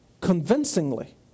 convincingly